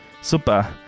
Super